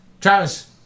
Travis